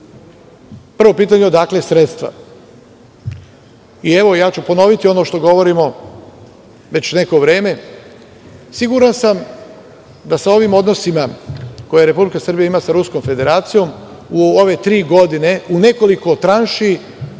Prvo pitanje, odakle sredstva, a ja ću ponoviti ono što govorimo već neko vreme. Siguran sam da sa ovim odnosima koje Republika Srbija ima sa Ruskom federacijom, u ove tri godine, u nekoliko tranši